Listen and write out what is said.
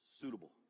suitable